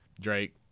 Drake